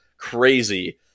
Crazy